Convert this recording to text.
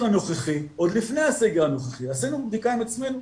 עוד לפני הסגר הנוכחי עשינו בדיקה עם עצמנו,